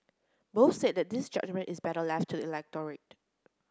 both said that this judgement is better left to electorate